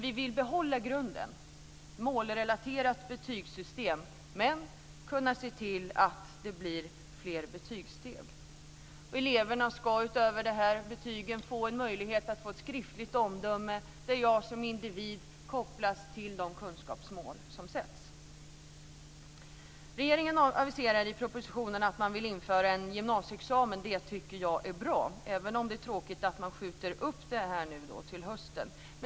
Vi vill behålla grunden, ett målrelaterat betygssystem, men vi vill kunna se till att det blir fler betygssteg. Eleverna ska utöver de här betygen få en möjlighet att få ett skriftligt omdöme där de som individer kopplas till de kunskapsmål som sätts. Regeringen aviserade i propositionen att man vill införa en gymnasieexamen. Det tycker jag är bra, även om det är tråkigt att man skjuter upp det till hösten.